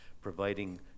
providing